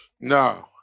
no